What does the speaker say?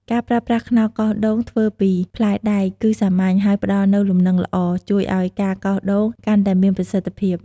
ការប្រើប្រាស់ខ្នោសកោសដូងធ្វើពីផ្លែដែក គឺសាមញ្ញ ហើយផ្តល់នូវលំនឹងល្អ ជួយឱ្យការកោសដូងកាន់តែមានប្រសិទ្ធភាព។